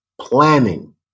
planning